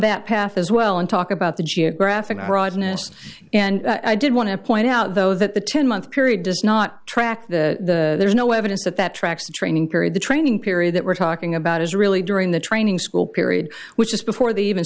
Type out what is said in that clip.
that path as well and talk about the geographic broadness and i did want to point out though that the ten month period does not track the there's no evidence that that tracks the training period the training period that we're talking about is really during the training school period which is before they even